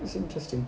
it's interesting